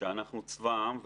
שאנחנו צבא העם,